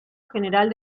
general